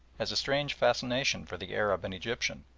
has a strange fascination for the arab and egyptian,